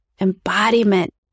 embodiment